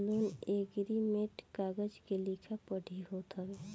loan agreement कागज के लिखा पढ़ी होत हवे